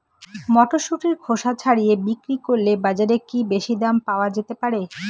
মটরশুটির খোসা ছাড়িয়ে বিক্রি করলে বাজারে কী বেশী দাম পাওয়া যেতে পারে?